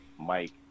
Mike